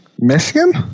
Michigan